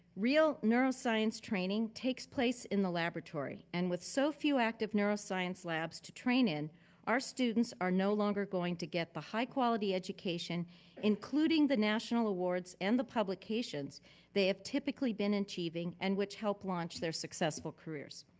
real neuroscience training takes place in the laboratory and with so few active neuroscience labs to train in our students are no longer going to get the high quality education including the national awards and the publications they have typically been achieving and which help launch their successful careers.